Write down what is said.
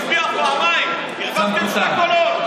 בדרך כלל הוא מצביע פעמיים, הרווחתם שני קולות.